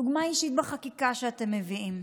דוגמה אישית בחקיקה שאתם מביאים.